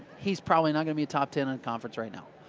he's probably not going to be top ten in conference right now,